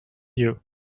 you